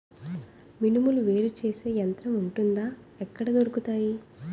మినుములు వేరు చేసే యంత్రం వుంటుందా? ఎక్కడ దొరుకుతాయి?